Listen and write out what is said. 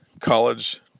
college